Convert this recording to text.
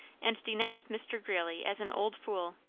and denounced mr. greeley as an old fool.